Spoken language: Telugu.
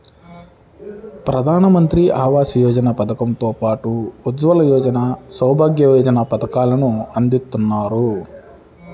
ప్రధానమంత్రి ఆవాస యోజన పథకం తో పాటు ఉజ్వల యోజన, సౌభాగ్య యోజన పథకాలను అందిత్తన్నారు